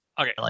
Okay